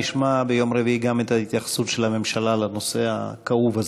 נשמע ביום רביעי גם את ההתייחסות של הממשלה לנושא הכאוב הזה.